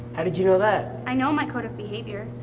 how did you know that? i know my code of behavior.